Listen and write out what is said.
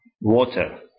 water